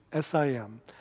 SIM